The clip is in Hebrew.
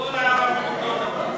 כל הערבים אותו דבר.